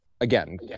again